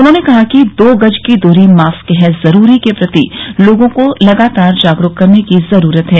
उन्होंने कहा कि दो गज की दूरी मास्क है जरूरी के प्रति लोगों को लगातार जागरूक करने की जरूरत है